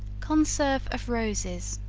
conserve of roses.